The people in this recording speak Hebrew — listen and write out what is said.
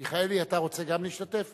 מיכאלי, גם אתה רוצה להשתתף?